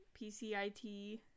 PCIT